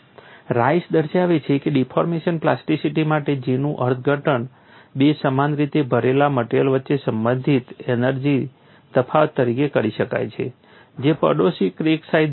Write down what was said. rice દર્શાવે છે કે ડિફોર્મેશન પ્લાસ્ટિસિટી માટે J નું અર્થઘટન બે સમાન રીતે ભરેલા મટિરિયલ્સ વચ્ચે સંભવિત એનર્જી તફાવત તરીકે કરી શકાય છે જે પડોશી ક્રેક સાઇઝ ધરાવે છે